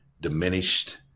diminished